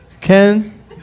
Ken